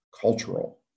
cultural